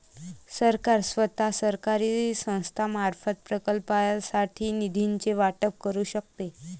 सरकार स्वतः, सरकारी संस्थांमार्फत, प्रकल्पांसाठी निधीचे वाटप करू शकते